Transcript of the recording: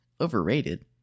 Overrated